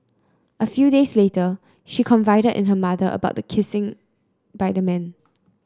a few days later she confided in her mother about the kissing by the man